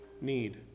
Need